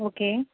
okay